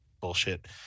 bullshit